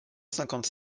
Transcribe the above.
cinquante